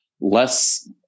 less